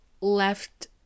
left